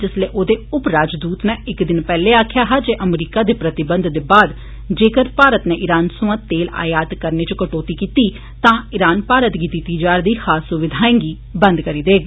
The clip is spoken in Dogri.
जिसलै ओह्दे उपराजदूत नै इक दिन पैह्ले आक्खेआ हा जे अमरीकी दे प्रतिबंध दे बाद जेक्कर भारत नै ईरान सोआं तेल आयात करने च कटोती कीती तां ईरान भारत गी दित्ती जा'रदी खास सुविधाएं गी बंद करी देग